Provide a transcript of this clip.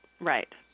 Right